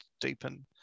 deepen